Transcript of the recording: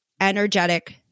energetic